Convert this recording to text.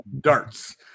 darts